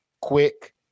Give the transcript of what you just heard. quick